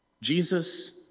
Jesus